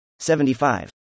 75